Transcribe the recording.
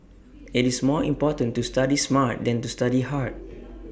IT is more important to study smart than to study hard